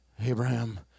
Abraham